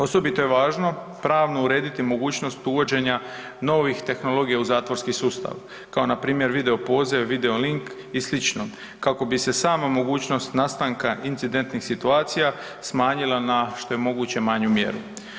Osobito je važno pravno urediti mogućnost uvođenja novih tehnologija u zatvorski sustav, kao npr. videopoziv, videolink i slično, kako bi se sama mogućnost nastanka incidentnih situacija smanjila na što je moguće manju mjeru.